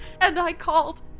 and i called,